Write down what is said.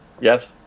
Yes